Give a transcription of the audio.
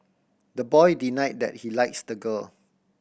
the boy denied that he likes the girl